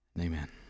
Amen